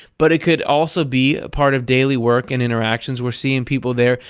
but it could also be a part of daily work and interactions. we're seeing people there,